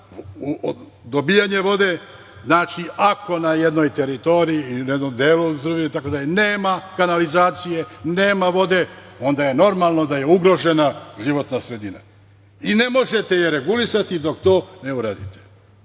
dobijanje vode, znači ako na jednoj teritoriji ili na jednom delu Srbije nema kanalizacije, nema vode, onda je normalno da je ugrožena životna sredina. I ne možete je regulisati dok to ne uradite. Mi